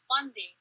funding